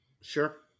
Sure